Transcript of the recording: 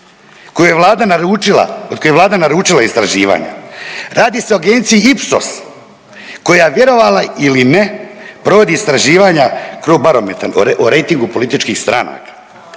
od koje je Vlada naručila istraživanja. Radi se o agenciji Ipsos koja vjerovala ili ne provodi istraživanja Crobarometar o rejtingu političkih stranaka.